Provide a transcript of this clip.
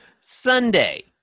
Sunday